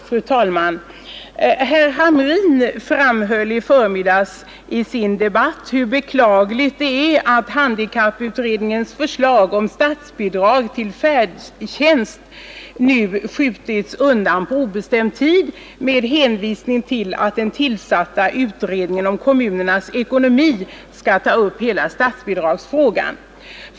Fru talman! Herr Hamrin framhöll i förmiddags i sitt anförande hur beklagligt det är att handikapputredningens förslag om statsbidrag till färdtjänst nu skjutits undan på obestämd tid med hänvisning till att den tillsatta utredningen om kommunernas ekonomi skall ta upp hela statsbidragsfrågan.